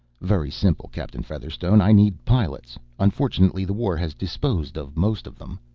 very simple, captain featherstone. i need pilots. unfortunately the war has disposed of most of them.